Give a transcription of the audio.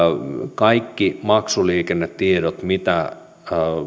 kaikki maksuliikennetiedot mitä